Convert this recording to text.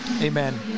Amen